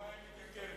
אם לחם מתייקר,